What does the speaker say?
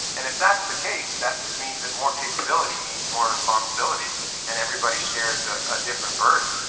and if that's the case, that just means that more capability means more responsibility and everybody shares a ah different burden,